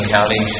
County